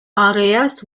areas